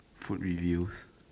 food reviews